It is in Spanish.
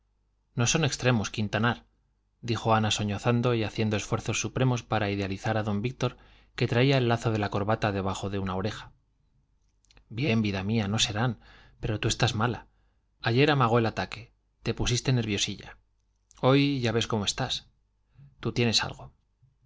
no son extremos quintanar dijo ana sollozando y haciendo esfuerzos supremos para idealizar a d víctor que traía el lazo de la corbata debajo de una oreja bien vida mía no serán pero tú estás mala ayer amagó el ataque te pusiste nerviosilla hoy ya ves cómo estás tú tienes algo